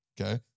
Okay